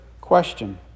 question